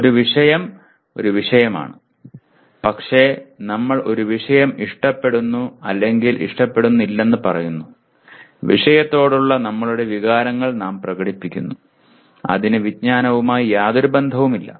ഒരു വിഷയം ഒരു വിഷയമാണ് പക്ഷേ നമ്മൾ ഒരു വിഷയം ഇഷ്ടപ്പെടുന്നു അല്ലെങ്കിൽ ഇഷ്ടപ്പെടുന്നില്ലെന്ന് പറയുന്നു വിഷയത്തോടുള്ള നമ്മളുടെ വികാരങ്ങൾ നാം പ്രകടിപ്പിക്കുന്നു അതിനു വിജ്ഞാനവുമായി യാതൊരു ബന്ധവുമില്ല